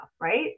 right